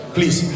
Please